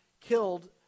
killed